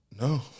No